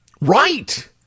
Right